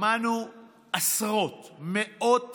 שמענו עשרות, מאות